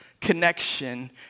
connection